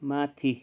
माथि